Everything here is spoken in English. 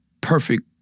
perfect